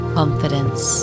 confidence